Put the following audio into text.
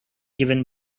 given